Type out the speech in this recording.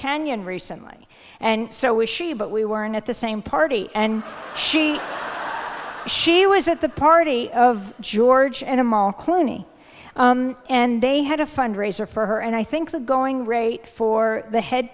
canyon recently and so was she but we were in at the same party and she she was at the party of george animal cluny and they had a fundraiser for her and i think the going rate for the head